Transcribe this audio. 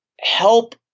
help